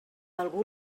algú